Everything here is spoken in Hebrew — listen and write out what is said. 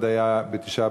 שנית,